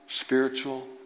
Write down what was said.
spiritual